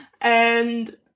And-